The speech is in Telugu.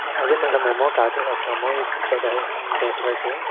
అదే మ్యాడం మేము కాకినాడ వస్తాము ఈ ద దసరాకి